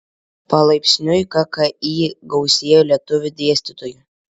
palaipsniui kki gausėjo lietuvių dėstytojų